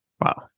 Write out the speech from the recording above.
Wow